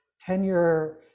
tenure